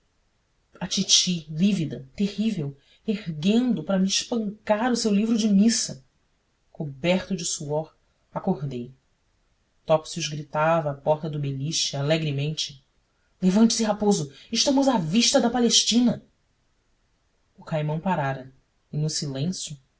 a titi lívida terrível erguendo para me espancar o seu livro de missa coberto de suor acordei topsius gritava à porta do beliche alegremente levante-se raposo estamos à vista da palestina o caimão parara e no silêncio